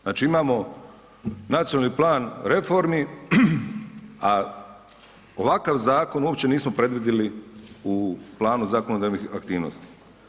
Znači imamo nacionalni plan reformi a ovakav zakon uopće nismo predvidjeli u planu zakonodavni aktivnosti.